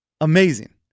Amazing